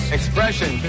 Expression